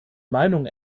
meinung